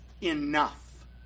enough